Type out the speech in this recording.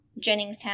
Jenningstown